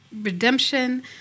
redemption